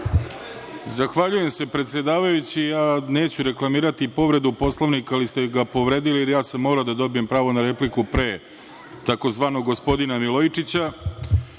Zahvaljujem se, predsedavajući. Neću reklamirati povredu Poslovnika, ali ste ga povredili, jer sam morao da dobijem pravo na repliku pre takozvanog gospodina Milojčića. Ovde